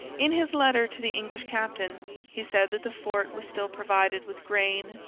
in his letter to the english captain he said that the fort was still provided with grain,